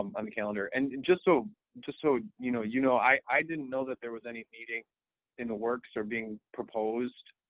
um on the calendar. and and just so so you know, you know i didn't know that there was any meeting in the works, or being proposed,